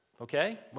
Okay